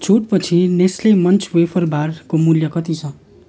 छुट पछि Nestle Munch wafer बारको मूल्य कति छ